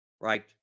Right